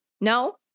No